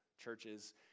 churches